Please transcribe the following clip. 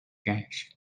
cache